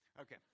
Okay